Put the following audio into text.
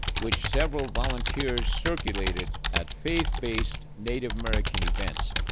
which several volunteers circulated at faith-based native american events.